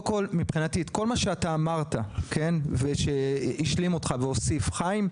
כל מה שאתה אמרת ושהשלים אותך והוסיף חיים,